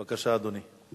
בבקשה, אדוני.